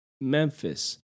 Memphis